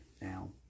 Now